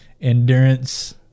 endurance